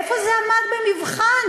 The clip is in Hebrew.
איפה זה עמד במבחן,